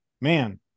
man